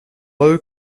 low